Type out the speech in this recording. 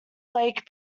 lake